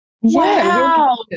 wow